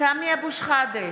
סמי אבו שחאדה,